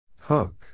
Hook